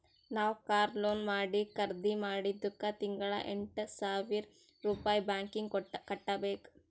ನಾವ್ car loan ಮಾಡಿ ಖರ್ದಿ ಮಾಡಿದ್ದುಕ್ ತಿಂಗಳಾ ಎಂಟ್ ಸಾವಿರ್ ರುಪಾಯಿ ಬ್ಯಾಂಕೀಗಿ ಕಟ್ಟಬೇಕ್